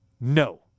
No